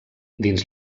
dins